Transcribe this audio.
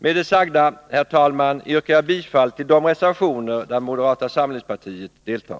Med det sagda, herr talman, yrkar jag bifall till de reservationer där moderata representanter deltar.